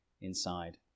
inside